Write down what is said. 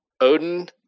Odin